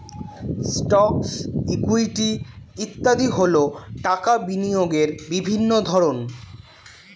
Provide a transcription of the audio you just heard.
stocks, equity ইত্যাদি হল টাকা বিনিয়োগের বিভিন্ন ধরন